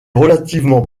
relativement